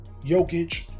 Jokic